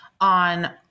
on